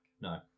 No